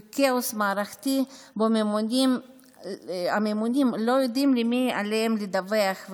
כאוס מערכתי בו הממונים לא יודעים למי עליהם לדווח,